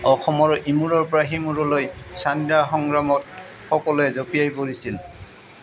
অসমৰ ইমূৰৰ পৰা সিমূৰলৈ স্বাধীনতা সংগ্ৰামত সকলোৱে জপিয়াই পৰিছিল